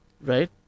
right